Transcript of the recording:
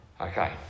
Okay